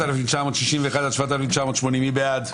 6,161 עד 6,180, מי בעד?